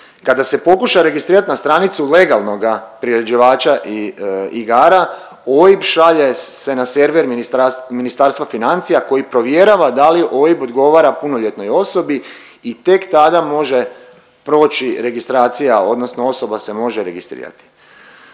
Kada se pokuša registrirati na stranicu legalnoga priređivača igara OIB šalje se na server Ministarstva financija koji provjerava da li OIB odgovara punoljetnoj osobi i tek tada može proći registracija odnosno osoba se može registrirati.